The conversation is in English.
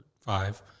five